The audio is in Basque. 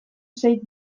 zait